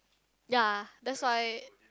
ya that's why